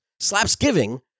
Slapsgiving